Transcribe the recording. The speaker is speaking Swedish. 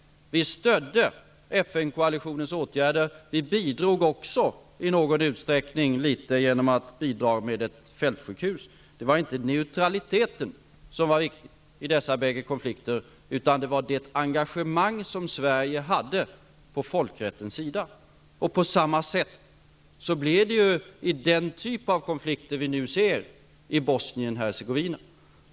Vi stödde FN koalitionens åtgärder. Vi bidrog också i någon utsträckning genom ett fältsjukhus. Det var inte neutraliteten som var viktig i dessa bägge konflikter, utan det var det engagemang som Sverige hade på folkrättens sida. På samma sätt blir det i den typ av konflikter vi nu ser i Bosnien Hercegovina.